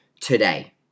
today